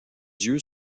yeux